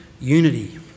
unity